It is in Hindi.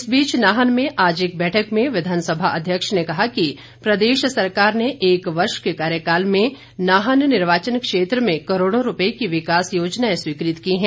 इस बीच नाहन में आज एक बैठक में विधानसभा अध्यक्ष ने कहा कि प्रदेश सरकार ने एक वर्ष के कार्यकाल में नाहन निर्वाचन क्षेत्र में करोड़ों रुपए की विकास योजनाएं स्वीकृत की है